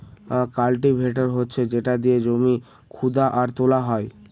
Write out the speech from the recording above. cultivator হচ্ছে যেটা দিয়ে জমি খুদা আর তোলা হয়